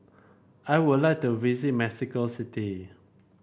I would like to visit Mexico City